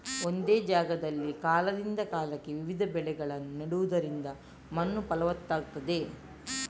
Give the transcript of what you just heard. ಒಂದೇ ಜಾಗದಲ್ಲಿ ಕಾಲದಿಂದ ಕಾಲಕ್ಕೆ ವಿವಿಧ ಬೆಳೆಗಳನ್ನ ನೆಡುದರಿಂದ ಮಣ್ಣು ಫಲವತ್ತಾಗ್ತದೆ